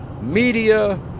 media